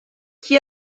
qui